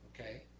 okay